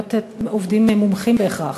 ומביאות עובדים מומחים בהכרח.